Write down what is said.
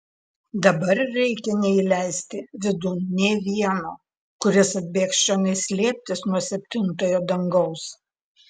dabar reikia neįleisti vidun nė vieno kuris atbėgs čionai slėptis nuo septintojo dangaus